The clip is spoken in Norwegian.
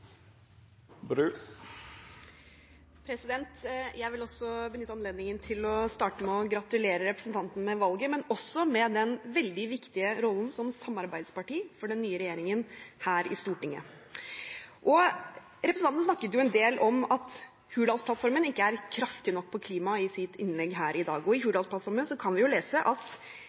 Jeg vil benytte anledningen til å starte med å gratulere representanten med valget og også med den veldig viktige rollen som samarbeidsparti for den nye regjeringen her i Stortinget. Representanten snakket i sitt innlegg her i dag en del om at Hurdalsplattformen ikke er kraftig nok på klima. I